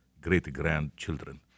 great-grandchildren